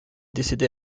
décédée